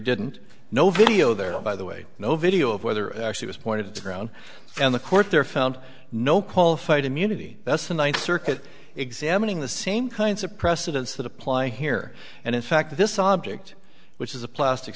didn't know video there by the way no video of whether actually was pointed to the ground and the court there found no qualified immunity that's the ninth circuit examining the same kinds of precedents that apply here and in fact this object which is a plastic